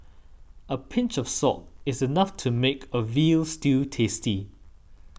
a pinch of salt is enough to make a Veal Stew tasty